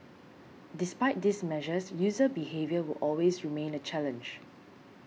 despite these measures user behaviour will always remain a challenge